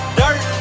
dirt